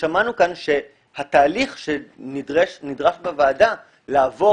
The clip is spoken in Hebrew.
כששמענו כאן שהתהליך שנדרש בוועדה לעבור